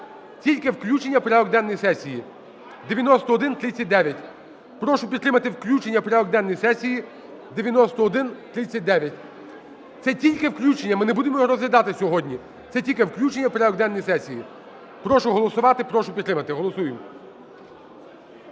Тільки включення в порядок денний сесії 9139. Прошу підтримати включення в порядок денний сесії 9139. Це тільки включення, ми не будемо його розглядати сьогодні, це тільки включення в порядок денний сесії. Прошу голосувати, прошу підтримати, голосуємо,